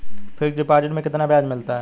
Fix deposit में कितना ब्याज मिलता है?